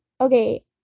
Okay